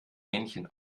männchen